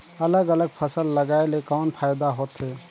अलग अलग फसल लगाय ले कौन फायदा होथे?